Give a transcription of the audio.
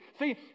See